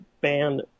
band